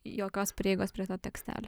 jokios prieigos prie to tekstelio